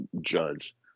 judge